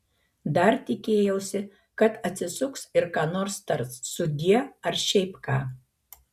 dar tikėjausi kad atsisuks ir ką nors tars sudie ar šiaip ką